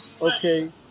okay